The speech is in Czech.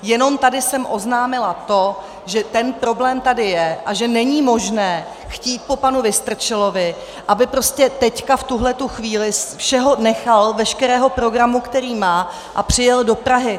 Jenom jsem tady oznámila to, že ten problém tady je a že není možné chtít po panu Vystrčilovi, aby prostě teď, v tuto chvíli, všeho nechal, veškerého programu, který má, a přijel do Prahy.